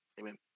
Amen